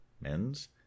Men's